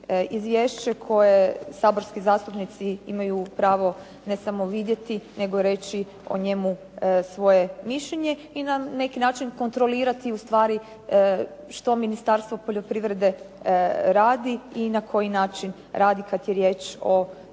izvješće koje saborski zastupnici imaju pravo ne samo vidjeti, nego reći o njemu svoje mišljenje i na neki način kontrolirati ustvari što Ministarstvo poljoprivrede radi i na koji način radi kada je riječ o